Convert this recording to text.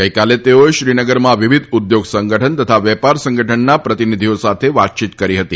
ગઈકાલે તેઓએ શ્રીનગરમાં વિવિધ ઉદ્યોગ સંગઠન તથા વેપાર સંગઠનના પ્રતિનિધિઓ સાથે વાતચીત કરી હતી